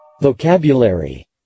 Vocabulary